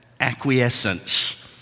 acquiescence